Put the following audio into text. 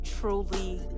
truly